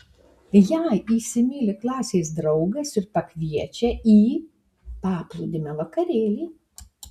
ją įsimyli klasės draugas ir pakviečia į paplūdimio vakarėlį